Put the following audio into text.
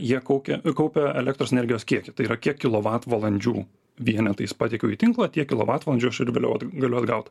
jie kaukia kaupia elektros energijos kiekį tai yra kiek kilovatvalandžių vienetais pateikiau į tinklą tiek kilovatvalandžių aš ir vėliau galiu atgaut